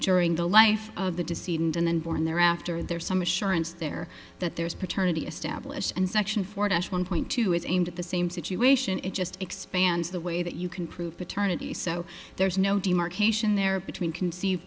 during the life of the deceased and then born thereafter there's some assurance there that there is paternity established and section four dash one point two is aimed at the same situation it just expands the way that you can prove paternity so there's no demarcation there between c